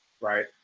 right